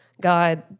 God